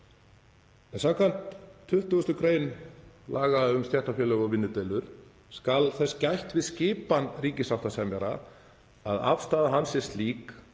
Samkvæmt 20. gr. laga um stéttarfélög og vinnudeilur skal þess gætt við skipan ríkissáttasemjara að afstaða hans sé slík